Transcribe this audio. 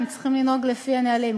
הם צריכים לנהוג לפי הנהלים,